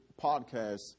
podcast